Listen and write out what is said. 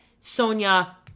Sonia